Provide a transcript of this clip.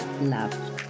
love